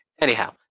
Anyhow